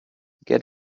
get